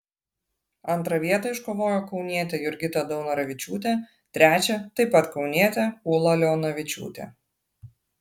antrą vietą iškovojo kaunietė jurgita daunoravičiūtė trečią taip pat kaunietė ūla leonavičiūtė